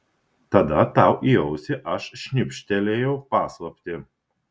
tada tau į ausį aš šnibžtelėjau paslaptį